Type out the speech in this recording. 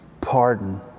Pardon